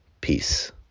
Peace